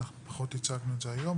אנחנו פחות הצגנו את זה היום,